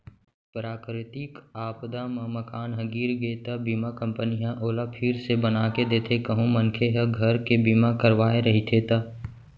पराकरितिक आपदा म मकान ह गिर गे त बीमा कंपनी ह ओला फिर से बनाके देथे कहूं मनखे ह घर के बीमा करवाय रहिथे ता